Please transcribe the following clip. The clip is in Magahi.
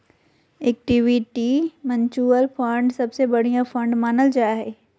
इक्विटी म्यूच्यूअल फंड सबसे बढ़िया फंड मानल जा हय